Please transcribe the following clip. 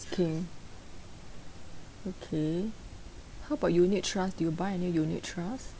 king okay how about unit trust do you buy any unit trust